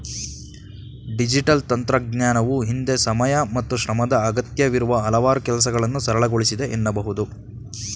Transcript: digital ತಂತ್ರಜ್ಞಾನವು ಹಿಂದೆ ಸಮಯ ಮತ್ತು ಶ್ರಮದ ಅಗತ್ಯವಿರುವ ಹಲವಾರು ಕೆಲಸಗಳನ್ನ ಸರಳಗೊಳಿಸಿದೆ ಎನ್ನಬಹುದು